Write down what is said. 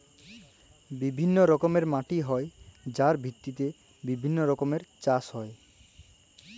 বিভিল্য রকমের মাটি হ্যয় যার ভিত্তিতে বিভিল্য রকমের চাস হ্য়য়